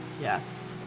Yes